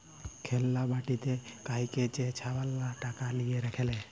খেল্লা বাটিতে ক্যইরে যে ছাবালরা টাকা লিঁয়ে খেলে